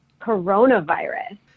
Coronavirus